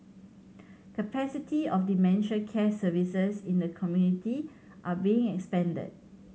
capacity of dementia care services in the community are being expanded